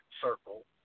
circle